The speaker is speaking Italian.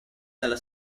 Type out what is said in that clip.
dalla